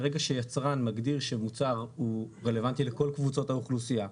ברגע שיצרן מגדיר שמוצר הוא רלוונטי לכל קבוצות האוכלוסייה,